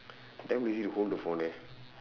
damn lazy to hold the phone eh